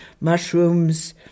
mushrooms